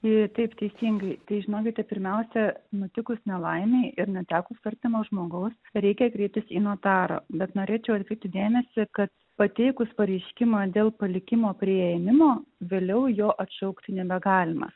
jei taip teisingai tai žinokite pirmiausia nutikus nelaimei ir netekus artimo žmogaus reikia kreiptis į notarą bet norėčiau atkreipti dėmesį kad pateikus pareiškimą dėl palikimo priėmimo vėliau jo atšaukti nebegalima